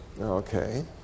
Okay